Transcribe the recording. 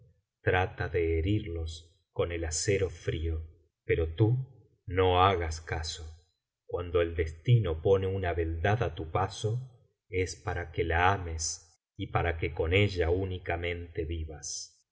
trata de herirlos con el acero frío pero tú no hagas caso cuando el destino pone una beldad á tu paso es para que la ames y para que con ella únicamente vivas